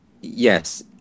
Yes